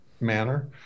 manner